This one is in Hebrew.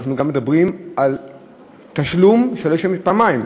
אנחנו גם מדברים על תשלום שמשלמים פעמיים: